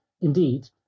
indeed